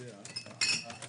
זה הלקח המרכזי.